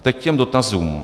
Teď k těm dotazům.